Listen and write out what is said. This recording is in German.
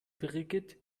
birgit